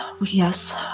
Yes